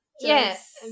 Yes